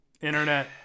Internet